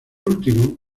último